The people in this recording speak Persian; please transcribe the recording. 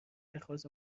اتخاذ